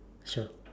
sure